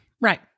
Right